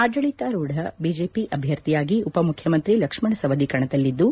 ಆಡಳಿತಾರೂಢ ಬಿಜೆಪಿ ಅಭ್ಯರ್ಥಿಯಾಗಿ ಉಪಮುಖ್ಯಮಂತ್ರಿ ಲಕ್ಷ್ಮಣ ಸವದಿ ಕಣದಲ್ಲಿದ್ದು